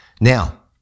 Now